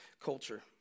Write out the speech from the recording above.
culture